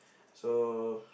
so